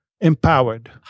empowered